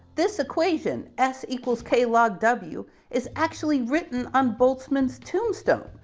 this equation s equals k log w is actually written on bolzmann's tombstone.